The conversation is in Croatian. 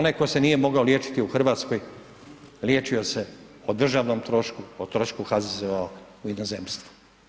Onaj tko se nije mogao liječiti u Hrvatskoj, liječio se o državnom trošku, o trošku HZZO-a u inozemstvu.